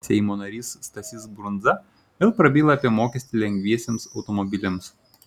seimo narys stasys brundza vėl prabyla apie mokestį lengviesiems automobiliams